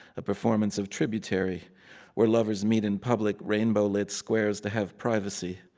a performance of tributary where lovers meet in public, rainbow-lit squares to have privacy.